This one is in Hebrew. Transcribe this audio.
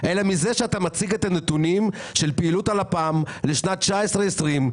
אלא מזה שאתה מציג את הנתונים של פעילות הלפ"ם לשנים 2020-2019,